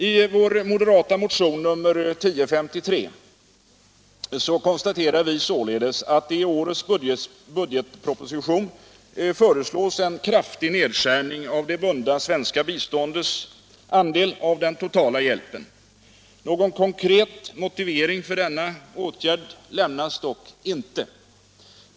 I vår moderata motion nr 1053 konstaterar vi således att det i årets budgetproposition föreslås en kraftig nedskärning av det bundna svenska biståndets andel av den totala hjälpen. Någon konkret motivering för denna åtgärd lämnas dock inte.